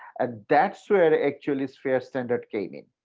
and that's where actually sphere standards came in.